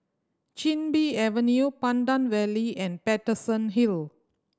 Chin Bee Avenue Pandan Valley and Paterson Hill